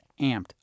amped